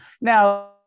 Now